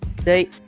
stay